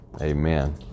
Amen